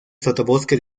sotobosque